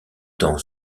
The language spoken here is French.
temps